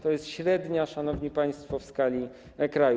To jest średnia, szanowni państwo, w skali kraju.